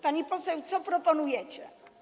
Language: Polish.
Pani poseł, co proponujecie?